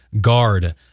guard